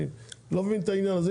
אני לא מבין את העניין הזה.